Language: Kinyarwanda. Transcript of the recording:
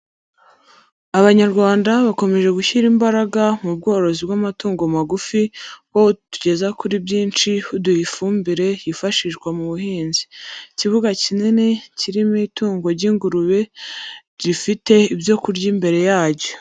Abanyarwanda bakomeje gushyira imbaraga mu bworozi bw'amatungo magufi, bwo butugeza kuri byinshi, buduha ifumbire yifashishwa mu buhinzi, ikibuga kinini kirimo itungo ry'ingurube, gifite ibyo kurya imbere yaryo.